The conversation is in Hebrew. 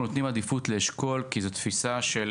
אנחנו נותנים עדיפות לאשכול מתוך תפיסה של